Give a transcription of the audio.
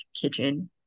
kitchen